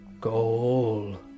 Goal